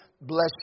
Bless